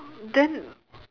then